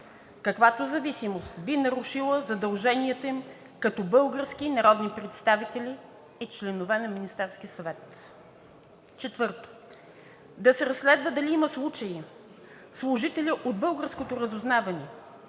каквато зависимост би нарушила задълженията им като български народни представители и членове на Министерския съвет. 4. Да се разследва дали има случаи служители от българското разузнаване